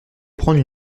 prendre